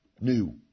new